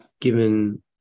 given